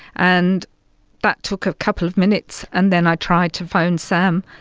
and but took a couple of minutes. and then i tried to phone sam.